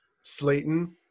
Slayton